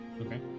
okay